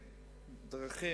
דרכים,